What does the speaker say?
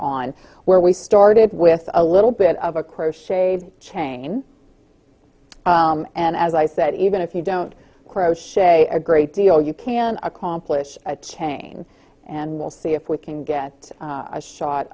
on where we started with a little bit of a quote shade chain and as i said even if you don't crochet a great deal you can accomplish a chain and we'll see if we can get a shot